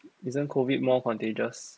isn't COVID more contagious